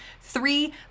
three